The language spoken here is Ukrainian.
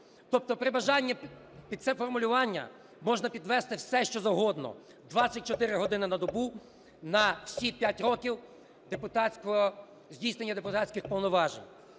Тобто при бажанні під це формулювання можна підвести все, що завгодно. 24 години на добу на всі 5 років здійснення депутатських повноважень.